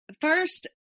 first